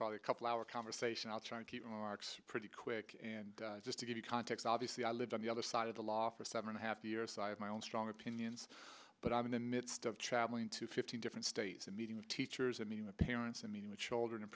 probably a couple our conversation i'll try to keep marks pretty quick and just to give you context obviously i lived on the other side of the law for seven and a half years i have my own strong opinions but i'm in the midst of traveling to fifteen different states and meeting with teachers i mean the parents and meeting the children and